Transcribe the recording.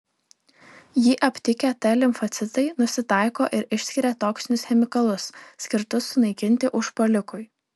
jį aptikę t limfocitai nusitaiko ir išskiria toksinius chemikalus skirtus sunaikinti užpuolikui